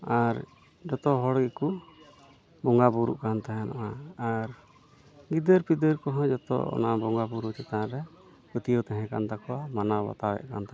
ᱟᱨ ᱡᱚᱛᱚ ᱦᱚᱲ ᱜᱮᱠᱩ ᱵᱚᱸᱜᱟ ᱵᱳᱨᱳ ᱠᱟᱱ ᱛᱟᱦᱮᱱᱚᱜᱼᱟ ᱟᱨ ᱜᱤᱫᱟᱹᱨ ᱯᱤᱫᱟᱹᱨ ᱠᱚᱦᱚᱸ ᱡᱚᱛᱚ ᱚᱱᱟ ᱵᱚᱸᱜᱟ ᱵᱳᱨᱳ ᱪᱮᱛᱟᱱ ᱨᱮ ᱯᱟᱹᱛᱭᱟᱹᱣ ᱛᱟᱦᱮᱸ ᱠᱟᱱ ᱛᱟᱠᱚᱣᱟ ᱢᱟᱱᱟᱣ ᱵᱟᱛᱟᱣ ᱮᱫ ᱠᱟᱱ ᱛᱟᱦᱮᱱᱟ